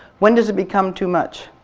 when does it become too much?